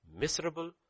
miserable